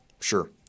Sure